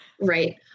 Right